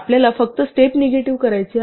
आपल्याला फक्त step negative करायचे आहे